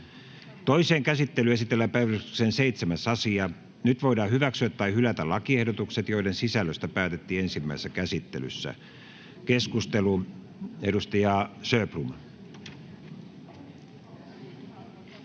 Toiseen käsittelyyn esitellään päiväjärjestyksen 7. asia. Nyt voidaan hyväksyä tai hylätä lakiehdotukset, joiden sisällöstä päätettiin ensimmäisessä käsittelyssä. — Keskustelu, edustaja Sjöblom.